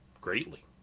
greatly